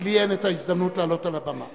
כי לי אין ההזדמנות לעלות על הבמה,